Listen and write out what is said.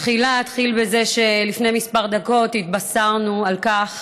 תחילה אתחיל בזה שלפני דקות ספורות התבשרנו על כך